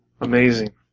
amazing